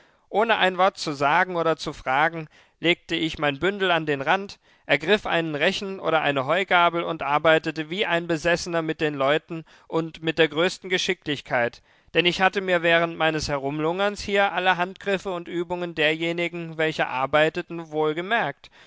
ohne ein wort zu sagen oder zu fragen legte ich mein bündel an den rand ergriff einen rechen oder eine heugabel und arbeitete wie ein besessener mit den leuten und mit der größten geschicklichkeit denn ich hatte mir während meines herumlungerns hier alle handgriffe und übungen derjenigen welche arbeiteten